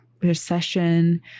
recession